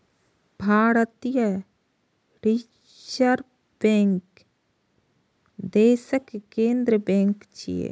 भारतीय reserve bank देशक केंद्रीय बैंक छियै